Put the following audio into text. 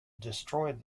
destroyed